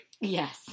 yes